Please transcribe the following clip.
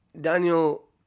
Daniel